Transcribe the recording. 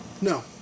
No